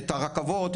את הרכבות,